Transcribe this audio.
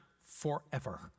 forever